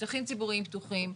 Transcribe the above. שטחים ציבוריים פתוחים,